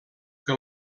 que